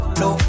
no